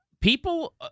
people